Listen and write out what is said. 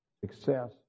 success